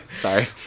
Sorry